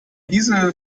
diese